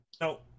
no